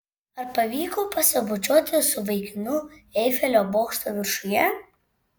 ar pavyko pasibučiuoti su vaikinu eifelio bokšto viršuje